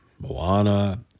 Moana